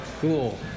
cool